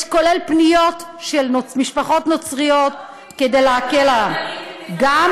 כולל פניות של משפחות נוצריות כדי להקל עליהן.